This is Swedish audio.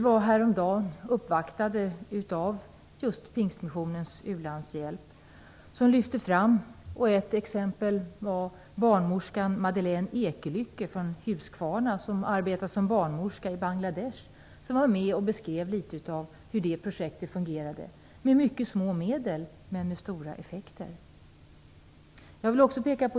Vi uppvaktades häromdagen av just Pingstmissionens u-landshjälp. Man lyfte då fram exemplet om Madeleine Ekelycke från Huskvarna som arbetar som barnmorska i Bangladesh. Hon var med och beskrev hur det projektet fungerade med mycket små medel men med stora effekter.